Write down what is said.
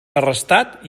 arrestat